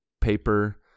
paper